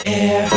air